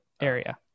area